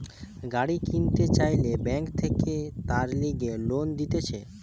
গাড়ি কিনতে চাইলে বেঙ্ক থাকে তার লিগে লোন দিতেছে